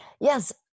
Yes